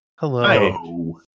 Hello